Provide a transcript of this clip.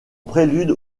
prélude